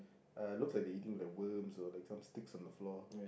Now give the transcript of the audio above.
uh looks like they eating the worms or like sticks on the floor